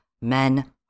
men